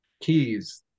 Keys